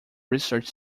research